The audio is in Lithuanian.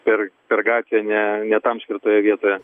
per per gatvę ne ne tam skirtoje vietoje